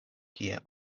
kie